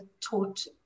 taught